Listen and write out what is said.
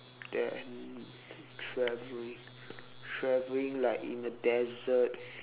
then traveling traveling like in the desert